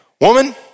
Woman